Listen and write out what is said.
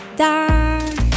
dark